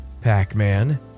pac-man